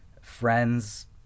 friends